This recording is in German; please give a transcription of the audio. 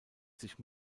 sich